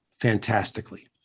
fantastically